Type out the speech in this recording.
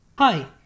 Hi